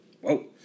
whoa